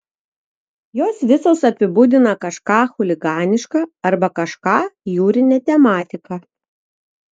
jos visos apibūdina kažką chuliganiška arba kažką jūrine tematika